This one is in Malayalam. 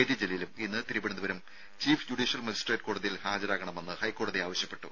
ടി ജലീലും ഇന്ന് തിരുവനന്തപുരം ചീഫ് ജുഡീഷ്യൽ മജസിട്രേറ്റ് കോടതിയിൽ ഹാജരാകണമെന്ന് ഹൈക്കോടതി ആവശ്യപ്പെട്ടു